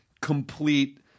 complete